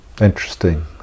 Interesting